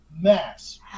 mass